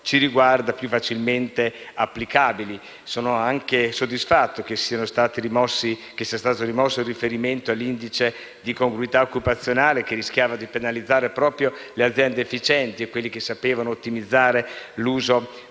ci riguarda, più facilmente applicabile. Sono anche soddisfatto che sia stato rimosso il riferimento all'indice di congruità occupazionale che rischiava di penalizzare proprio le aziende efficienti, quelle che sapevano ottimizzare l'uso